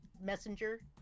messenger